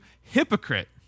hypocrite